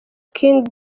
king